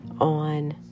on